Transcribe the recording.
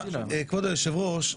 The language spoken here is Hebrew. כבוד היושב-ראש,